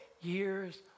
years